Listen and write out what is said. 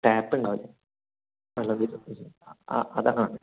tap ഉണ്ടാവില്ല നല്ലത് ആ അതാണ്